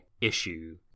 issue